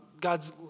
God's